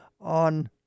on